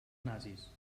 nazis